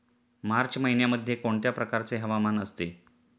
मार्च महिन्यामध्ये कोणत्या प्रकारचे हवामान असते?